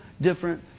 different